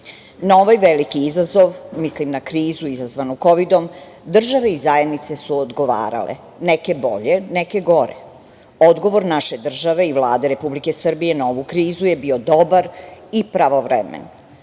ovaj veliki izazov, mislim na krizu izazvanu kovidom, države i zajednice su odgovarale. Neke bolje, neke gore. Odgovor naše države i Vlade Republike Srbije na ovu krizu je bio dobar i pravovremen.